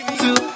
two